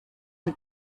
ein